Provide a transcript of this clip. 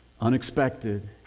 unexpected